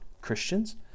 Christians